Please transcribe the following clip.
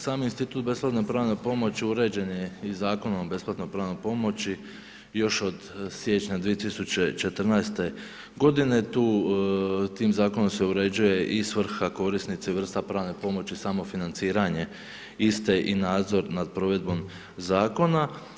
Sam institut besplatne pravne pomoći uređen je i Zakonom o besplatnoj pravnoj pomoći još od siječnja 2014. godine, tu tim zakonom se uređuje i svrha korisnice vrsta pravne pomoći, samo financiranje iste i nadzor nad provedbom zakona.